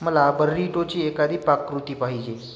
मला बर्रीटोची एखादी पाककृती पाहिजे